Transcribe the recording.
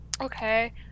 Okay